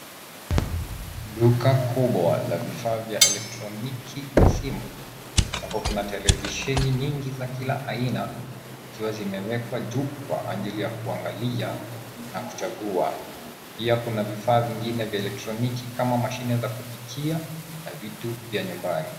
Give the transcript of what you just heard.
Duka kubwa la vifaa vya elektroniki na simu ambapo kuna televisheni nyingi za kila aina zikiwa zimewekwa juu kwa ajili ya kuangalia na kuchagua . Pia kuna vifaa vingine vya elektroniki kama mashine za kupikia na vitu vya nyumbani.